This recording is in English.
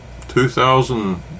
2000